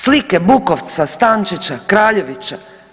Slike Bukovca, Stančića, Kraljevića?